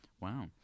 Wow